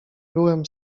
byłem